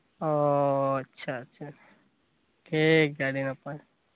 ᱚᱸᱻ ᱟᱪᱪᱷᱟ ᱟᱪᱪᱷᱟ ᱴᱷᱤᱠ ᱜᱮᱭᱟ ᱟᱹᱰᱤ ᱱᱟᱯᱟᱭ